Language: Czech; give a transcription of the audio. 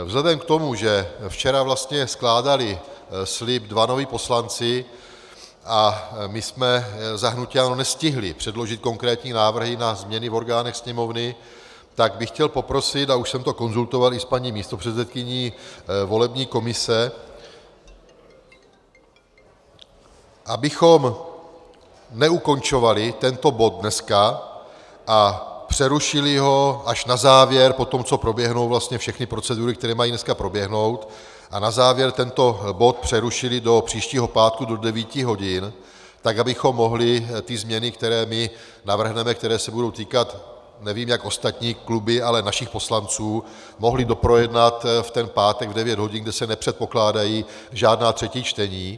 Vzhledem k tomu, že včera vlastně skládali slib dva noví poslanci a my jsme za hnutí ANO nestihli předložit konkrétní návrhy na změny v orgánech Sněmovny, tak bych chtěl poprosit, a už jsem to konzultoval i s paní místopředsedkyní volební komise, abychom neukončovali dneska tento bod a přerušili ho až na závěr po tom, co proběhnou vlastně všechny procedury, které mají dneska proběhnout, a na závěr tento bod přerušili do příštího pátku do devíti hodin, tak abychom mohli ty změny, které my navrhneme, které se budou týkat, nevím, jak ostatní kluby, ale našich poslanců, mohli doprojednat v ten pátek v devět hodin, kde se nepředpokládají žádná třetí čtení.